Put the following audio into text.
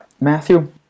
Matthew